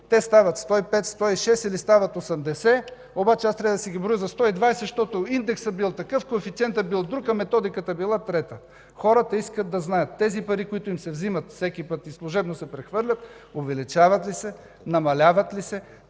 те стават 105 лв., 106 лв., или стават 80 лв., обаче аз трябва да си ги броя за 120 лв., защото индексът бил такъв, коефициентът бил друг, а методиката била трета. Хората искат да знаят тези пари, които им се взимат и служебно всеки път се прехвърлят, увеличават ли се, намаляват ли се,